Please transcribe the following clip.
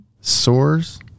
Sores